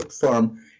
firm